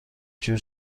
جور